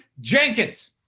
Jenkins